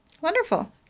wonderful